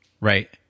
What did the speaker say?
right